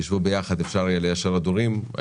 יכולים לשבת ביניהם וליישר את ההדורים.